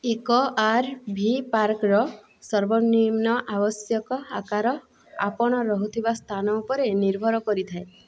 ଏକ R V ପାର୍କର ସର୍ବନିମ୍ନ ଆବଶ୍ୟକ ଆକାର ଆପଣ ରହୁଥିବା ସ୍ଥାନ ଉପରେ ନିର୍ଭର କରିଥାଏ